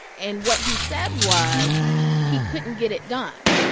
and what he said was he couldn't get it done,